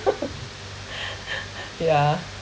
yeah